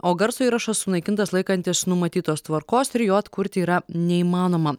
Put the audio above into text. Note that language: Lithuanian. o garso įrašas sunaikintas laikantis numatytos tvarkos ir jo atkurti yra neįmanoma